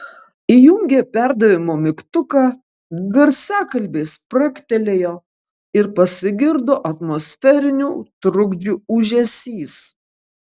įjungė perdavimo mygtuką garsiakalbiai spragtelėjo ir pasigirdo atmosferinių trukdžių ūžesys